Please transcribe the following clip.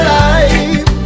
life